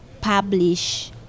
publish